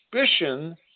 suspicion